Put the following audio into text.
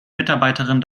mitarbeiterin